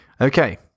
Okay